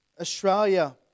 Australia